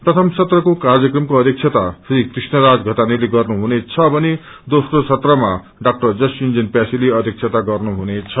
प्रथम सत्रको कार्यक्रम श्री कृष्ण राज षतानीले गर्नु हुनेछ भने दोस्रो सत्रमा डा जस योजन प्यासीले अध्यक्षता गर्नु हुनेछ